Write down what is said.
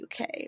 UK